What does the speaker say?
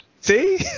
See